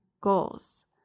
goals